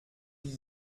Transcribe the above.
wie